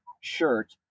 shirt